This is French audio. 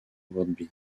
rugby